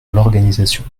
l’organisation